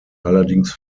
allerdings